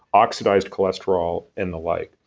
oxidized cholesterol and the like.